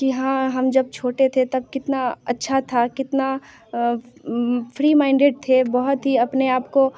कि हाँ हम जब छोटे थे तब कितना अच्छा था कितना फ्री माइंडेड थे बहुत ही अपने आपको